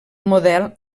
model